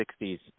1960s